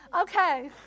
Okay